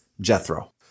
Jethro